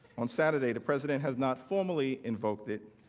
on saturday, the president has not formally invoked it,